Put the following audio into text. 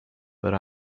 but